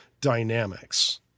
dynamics